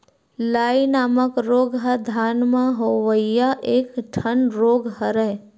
लाई नामक रोग ह धान म होवइया एक ठन रोग हरय